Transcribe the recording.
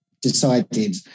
decided